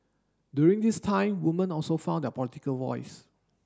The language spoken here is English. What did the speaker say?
during this time woman also found their political voice